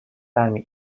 برمی